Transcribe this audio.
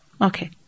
Okay